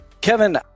Kevin